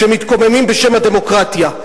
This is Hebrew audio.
שמתקוממים בשם הדמוקרטיה.